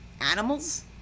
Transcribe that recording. animals